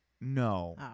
No